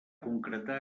concretar